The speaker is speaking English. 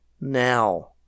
now